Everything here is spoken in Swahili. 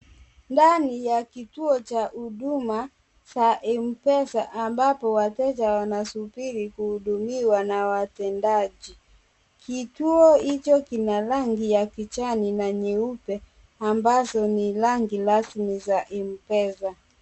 Ndani ya kituo cha huduma cha Mpesa ambapo wateja wanasubiri kuhudumiwa na watendaji, kituo hicho kina rangi ya kijani na nyeupe ambazo ni rangi rasmi za Mpesa.